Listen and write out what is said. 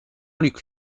luc